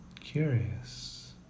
Curious